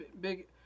big